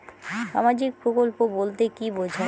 সামাজিক প্রকল্প বলতে কি বোঝায়?